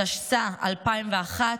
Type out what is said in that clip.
התשס"א 2001,